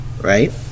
Right